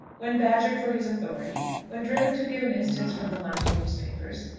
when badgered for his authority, when driven to give an instance from the london newspapers,